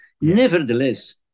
Nevertheless